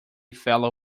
fellow